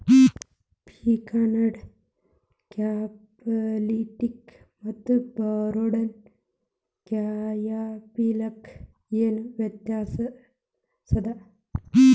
Fixed ಕ್ಯಾಪಿಟಲಕ್ಕ ಮತ್ತ ಬಾರೋಡ್ ಕ್ಯಾಪಿಟಲಕ್ಕ ಏನ್ ವ್ಯತ್ಯಾಸದ?